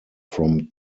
from